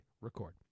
Record